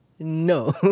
No